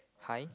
pine